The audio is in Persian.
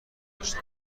داشته